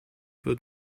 wird